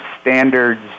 standards